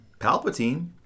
Palpatine